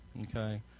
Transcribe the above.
okay